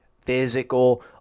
physical